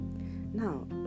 now